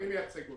אני מייצג אותה,